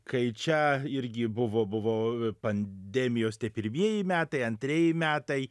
kai čia irgi buvo buvo pandemijos tie pirmieji metai antrieji metai